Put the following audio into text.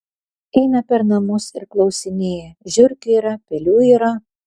eina per namus ir klausinėja žiurkių yra pelių yra